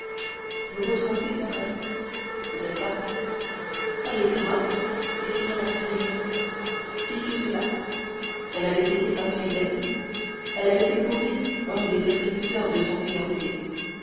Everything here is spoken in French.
vous vous trompez morrel cette femme elle était morte s'écria maximilien pis que cela elle avait été infidèle elle avait épousé un des persécuteurs de son fiancé